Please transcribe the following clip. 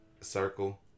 circle